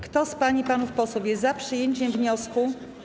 Kto z pań i panów posłów jest za przyjęciem wniosku.